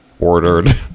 ordered